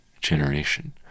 generation